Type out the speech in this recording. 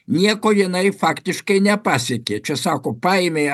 nieko jinai faktiškai nepasiekė čia sako paėmė